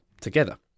together